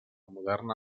moderna